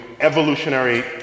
evolutionary